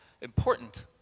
important